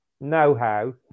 know-how